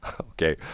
okay